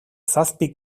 zazpi